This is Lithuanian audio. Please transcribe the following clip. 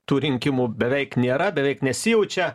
tų rinkimų beveik nėra beveik nesijaučia